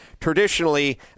traditionally